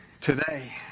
today